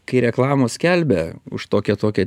kai reklamos skelbia už tokią tokią